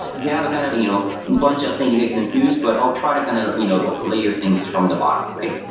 you can have a kind of a you know bunch of things you get confused, but i'll try to kind of you know like layer things from the bottom. okay?